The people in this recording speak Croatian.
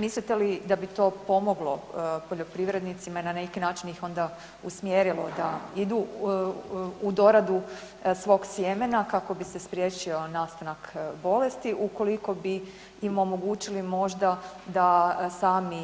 Mislite li da bi to pomoglo poljoprivrednicima i na neki način ih onda usmjerilo da idu u doradu svog sjemena kako bi se spriječio nastanak bolesti ukoliko bi tim omogućili možda da sami